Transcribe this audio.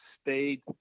stayed